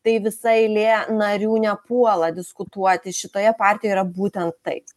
tai visa eilė narių nepuola diskutuoti šitoje partijoje yra būtent taip